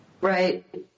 Right